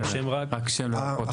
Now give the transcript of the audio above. ברשותכם.